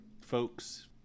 folks